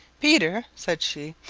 peter, said she,